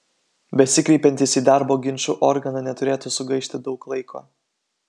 besikreipiantys į darbo ginčų organą neturėtų sugaišti daug laiko